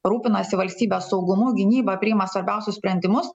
rūpinasi valstybės saugumu gynyba priima svarbiausius sprendimus